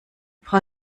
frau